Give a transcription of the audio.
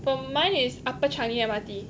for mine is upper changi M_R_T